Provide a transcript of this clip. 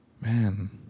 man